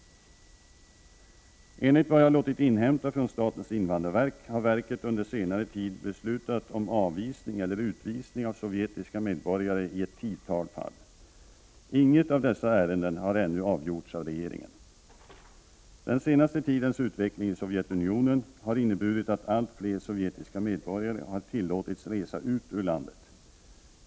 Enligt vad jag har låtit inhämta från statens invandrarverk, har verket under senare tid beslutat om avvisning eller utvisning av sovjetiska medborgare i ett tiotal fall. Inget av dessa ärenden har ännu avgjorts av regeringen. Den senaste tidens utveckling i Sovjetunionen har inneburit att allt fler sovjetiska medborgare har tillåtits resa ut ur landet.